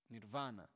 nirvana